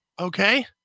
Okay